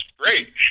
great